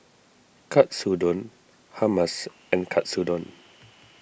Katsudon Hummus and Katsudon